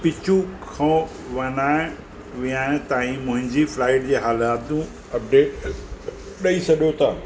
पिचुक खो वनाए वियाए ताईं मुंहिंजी फ्लाइट जी हालति अपडेट ॾेई छॾियो था